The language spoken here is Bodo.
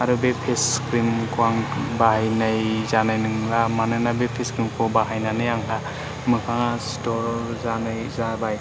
आरो बे फेस क्रिमखौ आं बाहायनाय जानाय नंला मानोना बे फेस क्रिमखौ बाहायनानै आंहा मोखाङा सिथर जानाय जाबाय